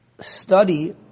study